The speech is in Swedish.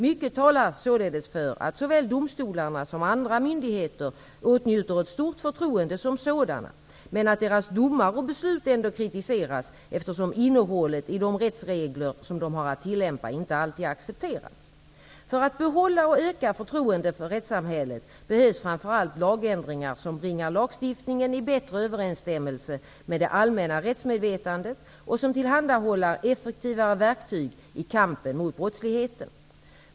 Mycket talar således för att såväl domstolar som andra myndigheter åtnjuter ett stort förtroende som sådana, men att deras domar och beslut ändå kritiseras eftersom innehållet i de rättsregler som de har att tillämpa inte alltid accepteras. För att behålla och öka förtroendet för rättssamhället behövs framför allt lagändringar som bringar lagstiftningen i bättre överensstämmelse med det allmänna rättsmedvetandet och som tillhandahåller effektivare verktyg i kampen mot brottsligheten.